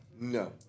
No